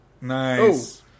Nice